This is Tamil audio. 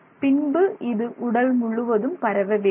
பின்பு இது உடல் முழுவதும் பரவ வேண்டும்